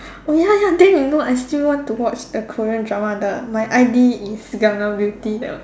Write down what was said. oh ya ya then you know I still want to watch the Korean drama the my I_D is Gangnam beauty that one